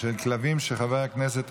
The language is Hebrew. למניעת העסקה